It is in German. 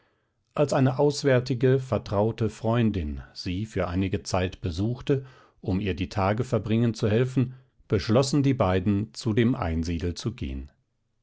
als eine auswärtige vertraute freundin sie für einige zeit besuchte um ihr die tage verbringen zu helfen beschlossen die beiden zu dem einsiedel zu gehen